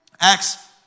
Acts